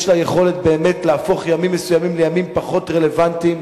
יש לה יכולת באמת להפוך ימים מסוימים לימים פחות רלוונטיים,